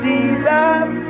Jesus